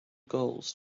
goals